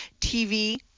TV